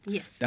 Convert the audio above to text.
Yes